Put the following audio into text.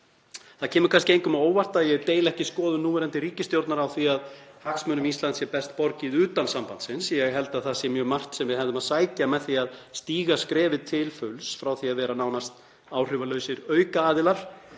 Það kemur kannski engum á óvart að ég deili ekki skoðun núverandi ríkisstjórnar á því að hagsmunum Íslands sé best borgið utan sambandsins. Ég held að það sé mjög margt sem við hefðum að sækja með því að stíga skrefið til fulls, frá því að vera nánast áhrifalausir aukaaðilar